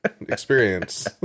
experience